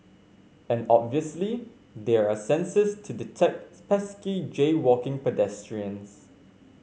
and obviously there are sensors to detect pesky jaywalking pedestrians